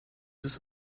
this